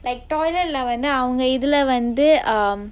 like toilet lah வந்து அவங்க இதுல வந்து:vanthu avanga ithula vanthu um